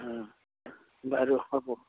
বাৰু হ'ব